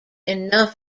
enough